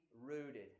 rooted